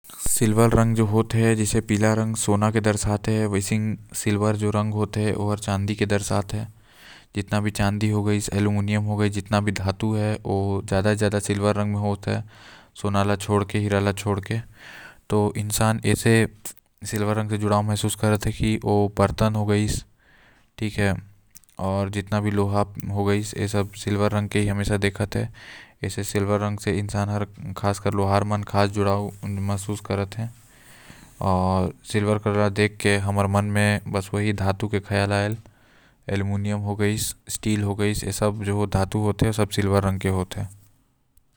सिल्वर जो रंग हे ओ चांदी ल दर्शाते जैसी पीला रंग सोना ल दर्शाते। वैसने जितना भी एल्यूमिनियम हो गइस चांदी रंग के धातु है ओ ज्यादा से ज्यादा चांदी म होएल। इंसान ऐसे सिल्वर रंग से जुड़ाव महसूस करते के जैसे बर्तन हो गइस। सिक्का के रंग हो गाइस अउर सिल्वर होती बहुत कुछ जैसे कपड़ा के रंग।